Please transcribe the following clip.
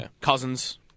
Cousins